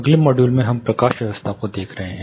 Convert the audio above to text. अगले मॉड्यूल में हम प्रकाश व्यवस्था को देख रहे हैं